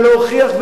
ולהוכיח,